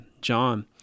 John